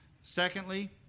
Secondly